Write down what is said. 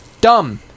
Dumb